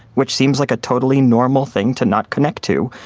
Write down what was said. which seems like a totally normal thing to not connect to.